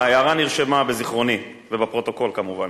ההערה נרשמה בזיכרוני, ובפרוטוקול כמובן.